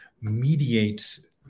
mediates